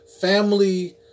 family